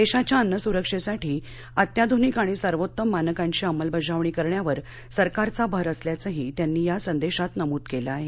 देशाच्या अन्न सुरक्षेसाठी अत्याधूनिक आणि सर्वोत्तम मानकांची अंमलबजावणी करण्यावर सरकारचा भर असल्याचंही त्यांनी या संदेशात नमूद केलं आहे